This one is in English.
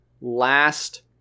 last